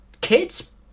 kids